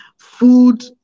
food